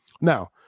Now